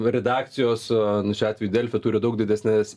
redakcijos su šiuo atveju delfi turi daug didesnes